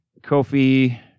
Kofi